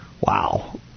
Wow